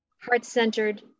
heart-centered